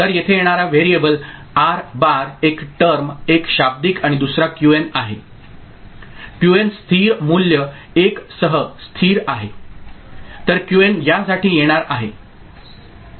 तर येथे येणारा व्हेरिएबल आर बार एक टर्म एक शाब्दिक आणि दुसरा क्यूएन आहे क्यूएन स्थिर मूल्य 1 सह स्थिर आहे तर क्यूएन यासाठी येणार आहे ओके